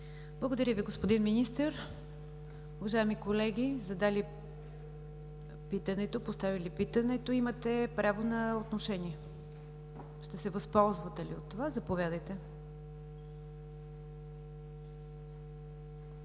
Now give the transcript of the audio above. Благодаря Ви, господин Министър! Уважаеми колеги, поставили питането – имате право на отношение. Ще се възползвате ли от това? Заповядайте.